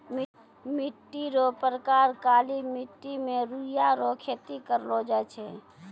मिट्टी रो प्रकार काली मट्टी मे रुइया रो खेती करलो जाय छै